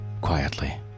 quietly